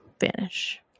vanish